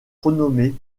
renommé